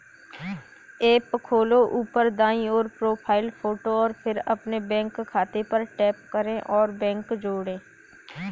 app खोलो, ऊपर दाईं ओर, प्रोफ़ाइल फ़ोटो और फिर अपने बैंक खाते पर टैप करें और बैंक जोड़ें